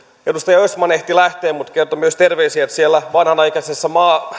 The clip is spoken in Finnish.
edustaja östman ehti lähteä mutta kertoi myös terveisiä että siellä vanhanaikaisessa